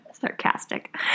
Sarcastic